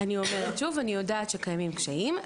אז אני אומרת שוב אני יודעת שקיימים קשיים,